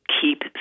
keep